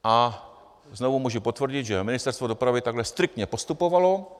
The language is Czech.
A znovu můžu potvrdit, že Ministerstvo dopravy takhle striktně postupovalo.